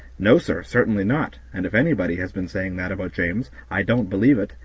no, sir, certainly not and if anybody has been saying that about james, i don't believe it,